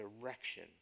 direction